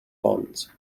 buns